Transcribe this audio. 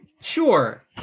Sure